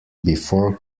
before